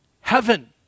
heaven